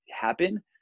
happen